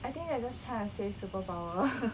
I think they are just trying to say superpower